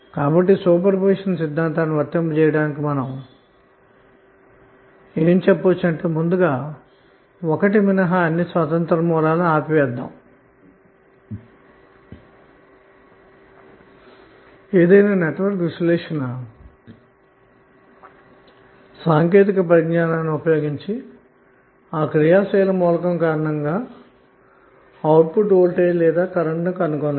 కాబట్టిసూపర్పొజిషన్ సిద్ధాంతాన్ని వర్తింపజేయుట కోసం ఒకటి మినహాఅన్ని స్వతంత్రమైన సోర్స్ లను ఆపివేసిఏదో ఒక నెట్వర్క్ విశ్లేషణ పరిజ్ఞానాన్నిఉపయోగించి ఆ క్రియాశీల సోర్స్ ద్వారా లభించిన అవుట్పుట్ వోల్టేజ్ లేదా కరెంట్ నుకనుగొనండి